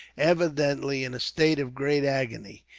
evidently in a state of great agony.